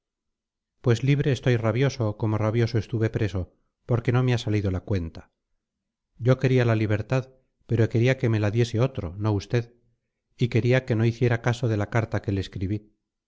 pues libre estoy rabioso como rabioso estuve preso porque no me ha salido la cuenta yo quería la libertad pero quería que me la diese otro no usted y quería que no hiciera caso de la carta que le escribí